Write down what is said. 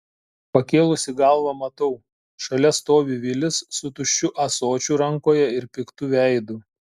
pakėlusi galvą matau šalia stovi vilis su tuščiu ąsočiu rankoje ir piktu veidu